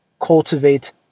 cultivate